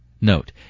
Note